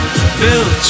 Built